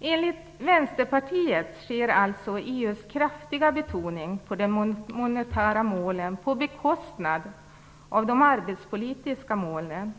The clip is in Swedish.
Enligt Vänsterpartiet sker alltså EU:s kraftiga betoning på de monetära målen på bekostnad av de arbetspolitiska målen.